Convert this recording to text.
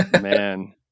man